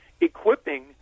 equipping